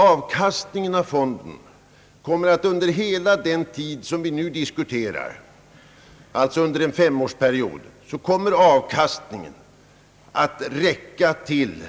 Avkastningen av fonden kommer att under hela den tid som vi nu diskuterar, alltså under en femårsperiod, att räcka till